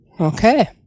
Okay